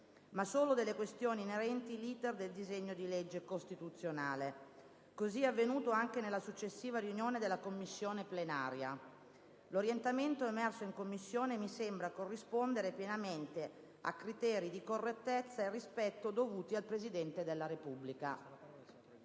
ma solo delle questioni inerenti l'*iter* del disegno di legge costituzionale. Così è avvenuto anche nella successiva riunione della Commissione plenaria. L'orientamento emerso in Commissione mi sembra corrispondere pienamente a criteri di correttezza e rispetto dovuti al Presidente della Repubblica.